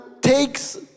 takes